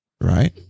Right